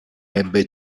ebbe